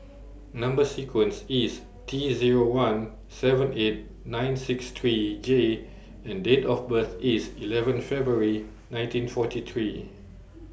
Number sequence IS T Zero one seven eight nine six three J and Date of birth IS eleven February nineteen forty three